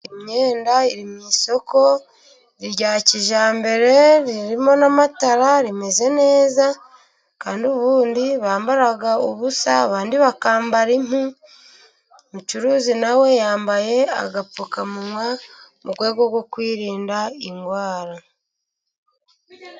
Imyenda iri mu isoko rya kijyambere, ririmo n'amatara, rimeze neza, kandi ubundi bambaraga ubusa, abandi bakambara impu, umucuruzi na we yambaye agapfukamunwa, mu rwego rwo kwirinda indwara.